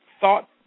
thought